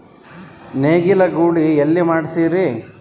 ನೇಗಿಲ ಗೂಳಿ ಎಲ್ಲಿ ಮಾಡಸೀರಿ?